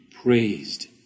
praised